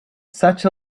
such